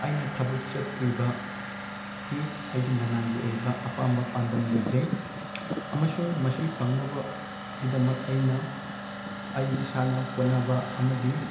ꯑꯩꯅ ꯊꯕꯛ ꯆꯠꯇ꯭ꯔꯤꯕꯒꯤ ꯑꯩꯒꯤ ꯂꯟꯅꯥꯏꯒꯤ ꯑꯣꯏꯕ ꯑꯄꯥꯝꯕ ꯄꯥꯟꯗꯝ ꯂꯩꯖꯩ ꯑꯃꯁꯨꯡ ꯃꯁꯤ ꯐꯪꯅꯕꯒꯤꯗꯃꯛ ꯑꯩꯅ ꯑꯩ ꯏꯁꯥꯅ ꯍꯣꯠꯅꯕ ꯑꯃꯗꯤ